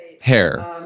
hair